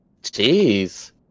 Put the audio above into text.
Jeez